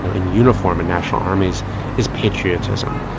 in uniform in national armies is patriotism,